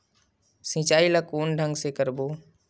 सिंचाई ल कोन ढंग से करबो?